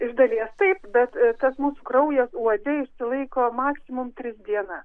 iš dalies taip bet tas mūsų kraujas uode išsilaiko maksimum tris dienas